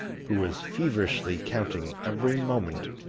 who was feverishly counting every moment,